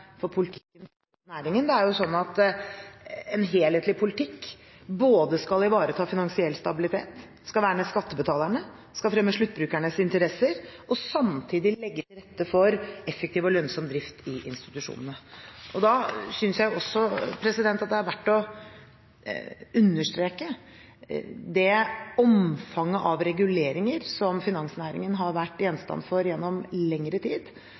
for næringen. En helhetlig politikk skal ivareta finansiell stabilitet, skal verne skattebetalerne, skal fremme sluttbrukernes interesser og samtidig legge til rette for effektiv og lønnsom drift i institusjonene. Da synes jeg at det er verdt å understreke det omfanget av reguleringer som finansnæringen har vært gjenstand for gjennom lengre tid,